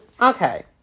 Okay